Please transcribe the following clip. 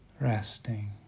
Resting